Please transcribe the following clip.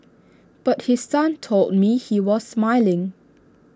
but his son told me he was smiling